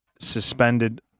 suspended